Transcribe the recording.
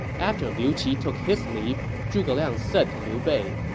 after liu qi took his leave, zhuge liang said to liu bei,